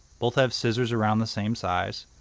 both have scissors around the same size.